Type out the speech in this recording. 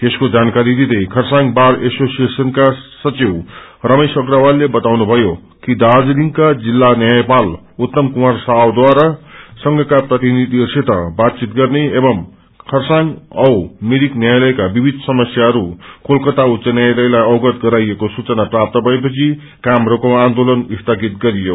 यसको जानकारीा दिदै खरसाङ बार एसोसिएशनका सचिव रमेख्श अग्रवालले बताउनुभयो कि दार्जीलिङको जिल्ला न्यापाल उत्तम कुमार सावद्वारा संथका प्रतिनिधिहरूसित बातचित गर्ने एवं चारसाङ औ मिरिक न्यायालयका विविध समस्याहरू कोलकाता उच्च न्यायलयलाई अवगत गराइएको सूचना प्राप्त भएपछि काम रोको आन्दोलन स्थगित गरियो